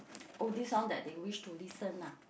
oldies song that they wish to listen ah